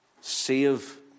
save